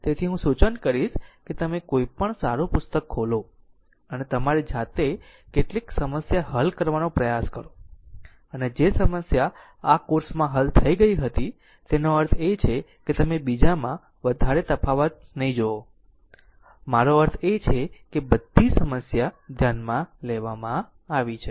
તેથી હું સૂચન કરીશ કે તમે કોઈ પણ સારું પુસ્તક ખોલો અને તમારી જાતે કેટલીક સમસ્યા હલ કરવાનો પ્રયાસ કરો અને જે સમસ્યા આ કોર્સમાં હલ થઈ ગઈ હતી તેનો અર્થ છે કે તમે બીજામાં વધારે તફાવત નહીં જોશો મારો અર્થ એ છે કે બધી સમસ્યા ધ્યાનમાં લેવામાં આવી છે